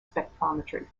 spectrometry